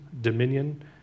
dominion